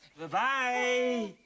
Bye-bye